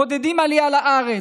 ומעודדת עלייה לארץ,